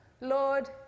Lord